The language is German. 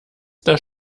das